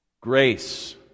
Grace